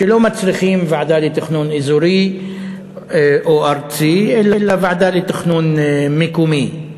שלא מצריכים ועדה לתכנון אזורי או ארצי אלא ועדה לתכנון מקומי.